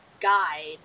guide